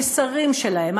המסרים שלהם,